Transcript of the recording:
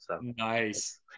Nice